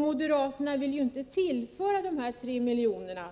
Moderaterna vill ju inte tillföra dessa 3 miljoner